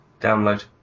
download